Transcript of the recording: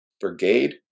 brigade